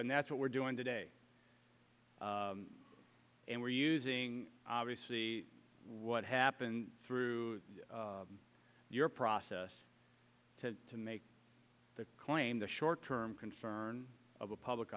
and that's what we're doing today and we're using obviously what happened through your process to to make the claim the short term concern of a public